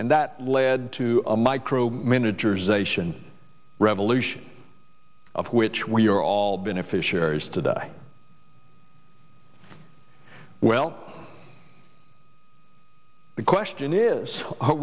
and that led to a micromanager zation revolution of which we're all beneficiaries today well the question is are